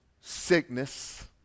sickness